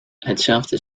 hetzelfde